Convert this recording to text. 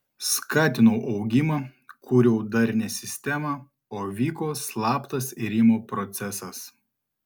skatinau augimą kūriau darnią sistemą o vyko slaptas irimo procesas